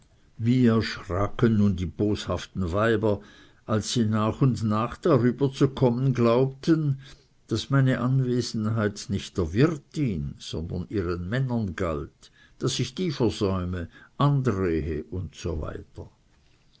wie erschraken nun die boshaften weiber als sie nach und nach darüber zu kommen glaubten daß meine anwesenheit nicht der wirtin sondern ihren männern galt daß ich die versäume andrehe usw